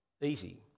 easy